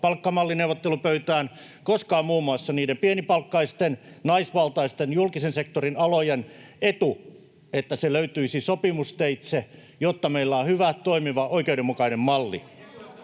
palkkamallineuvottelupöytään, koska on muun muassa niiden pienipalkkaisten, naisvaltaisten julkisen sektorin alojen etu, että se ratkaisu löytyisi sopimusteitse, jotta meillä on hyvä, toimiva, oikeudenmukainen malli.